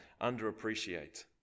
underappreciate